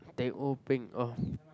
teh O Peng